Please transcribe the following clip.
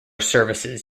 services